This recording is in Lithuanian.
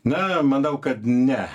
na manau kad ne